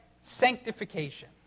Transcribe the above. sanctification